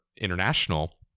international